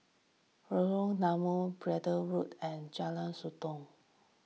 Lorong Danau Braddell Road and Jalan Sotong